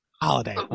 Holiday